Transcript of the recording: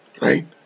right